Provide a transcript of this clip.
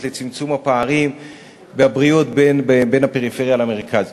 לצמצום הפערים בבריאות בין הפריפריה למרכז.